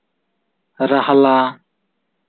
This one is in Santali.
ᱨᱟᱦᱞᱟ